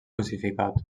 crucificat